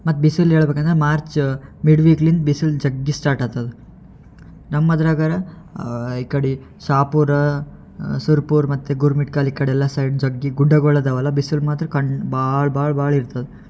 ಮತ್ತು ಬಿಸಿಲು ಹೇಳ್ಬೇಕಂದ್ರ್ ಮಾರ್ಚ ಮಿಡ್ ವೀಕಿಂದ್ ಬಿಸಿಲು ಜಗ್ಗಿ ಸ್ಟಾರ್ಟ್ ಆಗ್ತದ್ ನಮ್ಮ ಅದ್ರಗರಾ ಈ ಕಡೆ ಶಹಾಪುರ ಸುರ್ಪುರ ಮತ್ತು ಗುರ್ಮಠ್ಕಲ್ ಈ ಕಡೆ ಎಲ್ಲ ಸೈಡ್ ಜಗ್ಗಿ ಗುಡ್ಡಗಳು ಅದಾವಲ್ಲ ಬಿಸಿಲು ಮಾತ್ರ ಕಣ್ ಭಾಳ ಭಾಳ ಭಾಳ ಇರ್ತದೆ